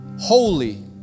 holy